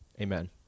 Amen